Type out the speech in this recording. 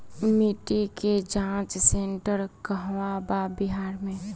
मिटी के जाच सेन्टर कहवा बा बिहार में?